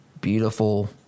beautiful